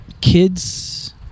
kids